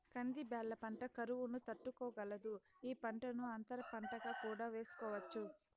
కంది బ్యాళ్ళ పంట కరువును తట్టుకోగలదు, ఈ పంటను అంతర పంటగా కూడా వేసుకోవచ్చు